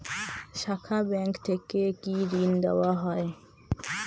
শাখা ব্যাংক থেকে কি ঋণ দেওয়া হয়?